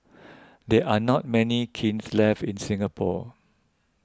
there are not many kilns left in Singapore